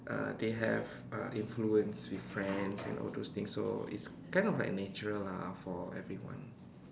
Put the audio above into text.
uh they have uh influence with friends and all those things so it's kind of like natural lah for everyone